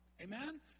Amen